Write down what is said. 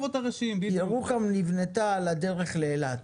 כי ירוחם נבנתה על הדרך לאילת,